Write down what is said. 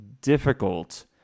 difficult